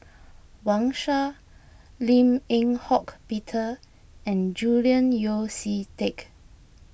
Wang Sha Lim Eng Hock Peter and Julian Yeo See Teck